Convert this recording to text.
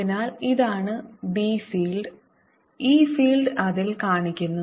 അതിനാൽ ഇതാണ് b field e field അതിൽ കാണിക്കുന്നു